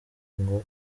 ngo